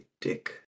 dick